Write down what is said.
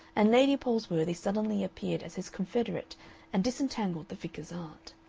and lady palsworthy suddenly appeared as his confederate and disentangled the vicar's aunt.